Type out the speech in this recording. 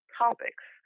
topics